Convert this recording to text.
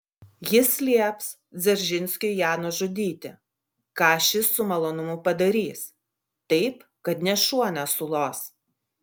jis lieps dzeržinskiui ją nužudyti ką šis su malonumu padarys taip kad nė šuo nesulos